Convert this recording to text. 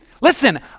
listen